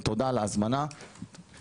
אז תודה ליובל על ההזמנה לדיון.